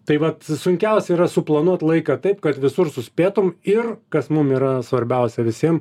tai vat sunkiausia yra suplanuot laiką taip kad visur suspėtum ir kas mum yra svarbiausia visiem